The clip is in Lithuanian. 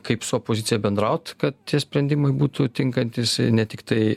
kaip su opozicija bendraut kad tie sprendimai būtų tinkantys ne tiktai